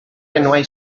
enwau